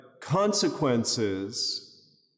consequences